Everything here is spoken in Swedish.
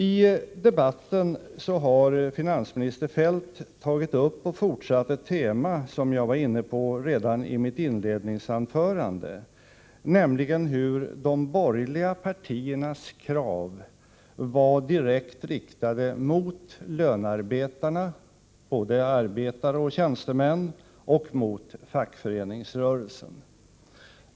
I debatten har finansminister Feldt tagit upp och gått vidare på ett tema som jag var inne på redan i mitt inledningsanförande, nämligen hur de borgerliga partiernas krav var direkt riktade mot lönearbetarna, både arbetare och tjänstemän, och mot fackföreningsrörelsen.